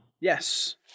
Yes